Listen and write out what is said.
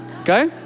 Okay